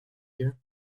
here